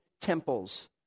temples